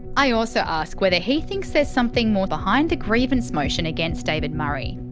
i also ask whether he thinks there's something more behind the grievance motion against david murray.